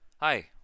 Hi